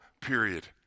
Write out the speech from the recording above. period